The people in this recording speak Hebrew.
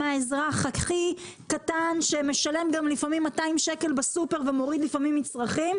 מהאזרח הכי קטן שמשלם גם לפעמים 200 שקל בסופר ומוריד לפעמים מצרכים,